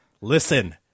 Listen